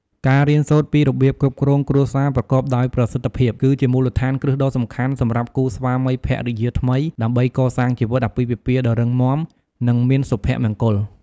ការរៀនសូត្រពីរបៀបគ្រប់គ្រងគ្រួសារប្រកបដោយប្រសិទ្ធភាព គឺជាមូលដ្ឋានគ្រឹះដ៏សំខាន់សម្រាប់គូស្វាមីភរិយាថ្មី ដើម្បីកសាងជីវិតអាពាហ៍ពិពាហ៍ដ៏រឹងមាំ និងមានសុភមង្គល។